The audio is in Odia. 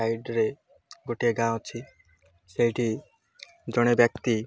ସାଇଡ଼୍ରେ ଗୋଟିଏ ଗାଁ ଅଛି ସେଇଠି ଜଣେ ବ୍ୟକ୍ତି